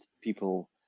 people